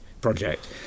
project